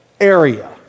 area